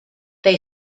they